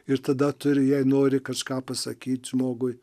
ir tada turi jei nori kažką pasakyt žmogui